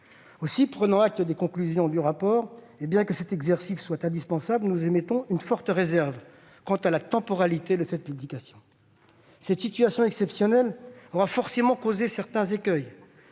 Aussi, prenant acte des conclusions du rapport et bien que cet exercice soit indispensable, nous émettons une forte réserve quant à la temporalité de cette publication. Cette situation exceptionnelle aura forcément causé certains écueils,